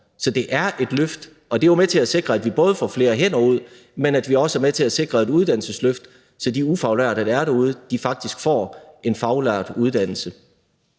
Så det er et løft, og det er jo både med til at sikre, at vi får flere hænder derud, men også at vi får et uddannelsesløft, så de ufaglærte, der er derude, faktisk får en faglært uddannelse.